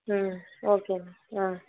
ம் ஓகேம்மா ஆ